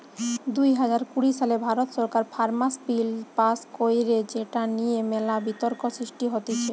দুই হাজার কুড়ি সালে ভারত সরকার ফার্মার্স বিল পাস্ কইরে যেটা নিয়ে মেলা বিতর্ক সৃষ্টি হতিছে